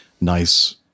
nice